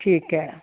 ਠੀਕ ਹੈ